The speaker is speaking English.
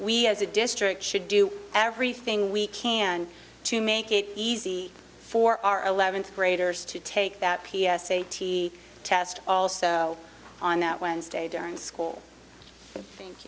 we as a district should do everything we can to make it easy for our eleventh graders to take that p s a t test also on that wednesday during school thank